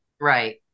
right